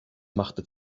machte